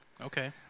Okay